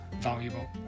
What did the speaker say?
valuable